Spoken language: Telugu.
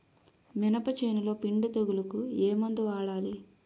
మినప చేనులో పిండి తెగులుకు ఏమందు వాడాలి?